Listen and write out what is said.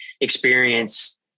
experience